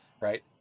right